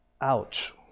Ouch